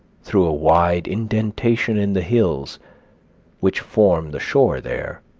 through a wide indentation in the hills which form the shore there,